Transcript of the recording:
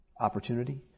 opportunity